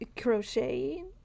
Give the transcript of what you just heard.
crocheting